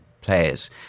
players